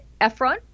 Efron